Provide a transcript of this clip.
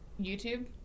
YouTube